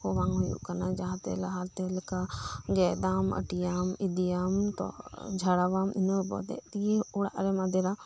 ᱵᱟᱝ ᱦᱳᱭᱳᱜ ᱠᱟᱱᱟ ᱞᱟᱦᱟᱛᱮ ᱞᱮᱠᱟ ᱜᱮᱫ ᱟᱢ ᱟᱹᱴᱤᱭᱟᱢ ᱤᱫᱤᱭᱟᱢ ᱛᱚ ᱤᱱᱟᱹ ᱵᱟᱫᱮᱜ ᱛᱮᱜᱮ ᱚᱲᱟᱜ ᱨᱮᱢ ᱟᱫᱮᱨᱟ